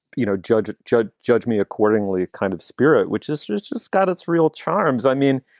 you know, judge, judge, judge me accordingly, kind of spirit, which is just just got its real charms. i mean,